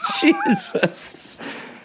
Jesus